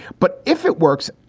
but if it works,